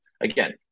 again